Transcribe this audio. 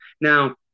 Now